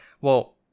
well-